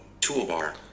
toolbar